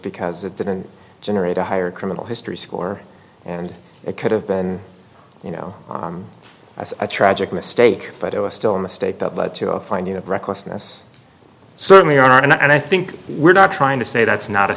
because it didn't generate a higher criminal history score and it could have been you know as a tragic mistake but it was still a mistake that led to a finding of recklessness certainly are and i think we're not trying to say that's not a